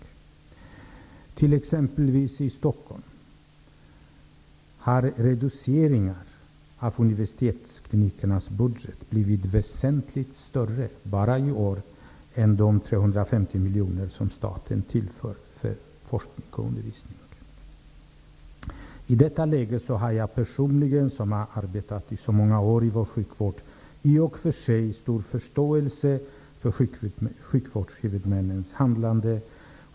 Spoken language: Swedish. För t.ex. Stockholms del blir reduceringar av universitetsklinikernas budget väsentligt större i år än de 350 miljoner som staten tillför för forskning och undervisning. I detta läge har jag personligen, som har arbetat många år inom sjukvård, i och för sig stor förståelse för sjukvårdshuvudmännens handlande.